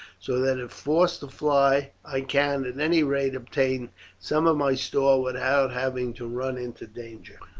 so that if forced to fly i can at any rate obtain some of my store without having to run into danger.